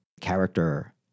character